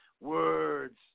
words